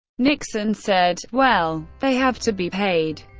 nixon said well. they have to be paid.